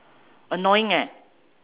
annoying eh